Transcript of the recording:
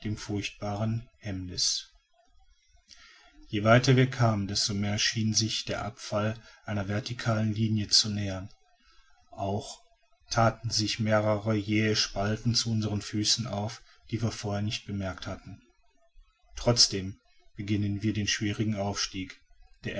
dem furchtbaren hemmniß je weiter wir kamen desto mehr schien sich der abfall einer verticalen linie zu nähern auch thaten sich mehrere jähe spalten zu unseren füßen auf die wir vorher nicht bemerkt hatten trotzdem beginnen wir den schwierigen aufstieg der